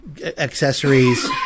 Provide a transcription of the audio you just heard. accessories